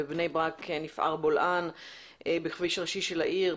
בבני ברק נפער בולען בביש ראשי של העיר,